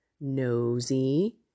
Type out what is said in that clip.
nosy